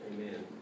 Amen